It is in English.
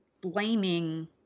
blaming